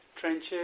trenches